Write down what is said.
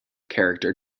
character